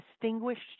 distinguished